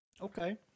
Okay